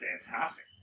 Fantastic